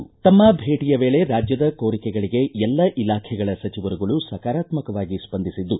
ತಮ್ಮ ಭೇಟಿಯ ವೇಳೆ ರಾಜ್ಯದ ಕೋರಿಕೆಗಳಿಗೆ ಎಲ್ಲ ಇಲಾಖೆಗಳ ಸಚಿವರುಗಳು ಸಕಾರಾತ್ಮಕವಾಗಿ ಸ್ಪಂದಿಸಿದ್ದು